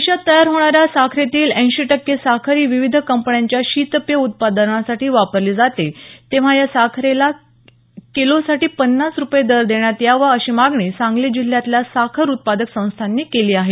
देशात तयार होणाऱ्या साखरेतील ऐंशी टक्के साखर ही विविध कंपन्यांच्या शीतपेय उत्पादनासाठी वापरली जाते तेव्हा या साखरेला किलोसाठी पन्नास रुपये दर देण्यात यावा अशी मागणी सांगली जिल्ह्यातल्या साखर उत्पादक संस्थांनी केली आहे